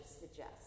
suggest